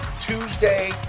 Tuesday